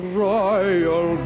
royal